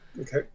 Okay